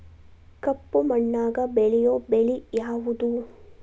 ಕಪ್ಪು ಮಣ್ಣಾಗ ಬೆಳೆಯೋ ಬೆಳಿ ಯಾವುದು?